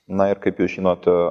na ir kaip jūs žinot